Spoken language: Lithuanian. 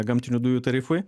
gamtinių dujų tarifui